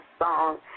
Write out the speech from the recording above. song